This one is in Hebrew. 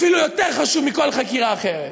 אפילו יותר חשוב מכל חקירה אחרת.